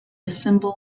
symbol